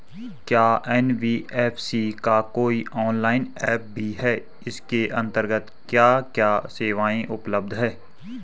क्या एन.बी.एफ.सी का कोई ऑनलाइन ऐप भी है इसके अन्तर्गत क्या क्या सेवाएँ उपलब्ध हैं?